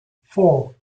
four